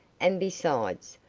and besides,